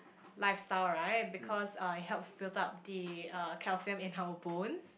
lifestyle right because uh it helps build up the uh calcium in our bones